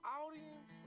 audience